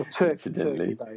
Incidentally